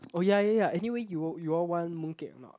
oh ya ya ya anyway you you all want mooncake or not